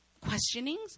questionings